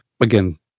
Again